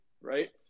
right